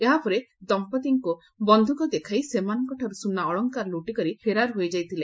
ଏହାପରେ ଦମ୍ମତିଙ୍କୁ ବନ୍ଧିକ ଦେଖାଇ ସେମାନଙ୍କଠାରୁ ସୁନା ଅଳଙ୍କାର ଲୁଟ୍ କରି ଫେରାର ହୋଇଯାଇଥିଲେ